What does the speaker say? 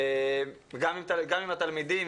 גם עם התלמידים,